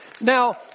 Now